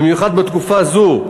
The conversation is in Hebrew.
במיוחד בתקופה זו,